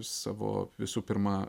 savo visų pirma